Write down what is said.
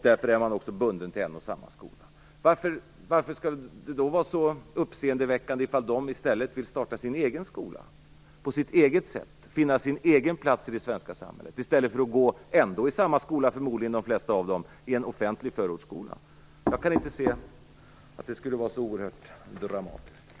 Därför är man också bunden till en och samma skola. Varför skall det då vara så uppseendeväckande om de i stället vill starta sin egen skola, på sitt eget sätt, finna sin egen plats i det svenska samhället i stället för att de flesta av dem ändå förmodligen skulle gå i samma skola, en offentlig förortsskola? Jag kan inte se att det skulle vara så oerhört dramatiskt.